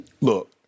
Look